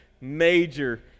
major